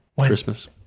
Christmas